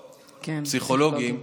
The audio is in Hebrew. פסיכולוגים.